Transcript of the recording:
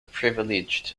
privileged